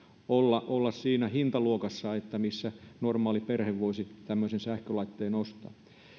olla olla siinä hintaluokassa missä normaali perhe voisi tällaisen sähkölaitteen ostaa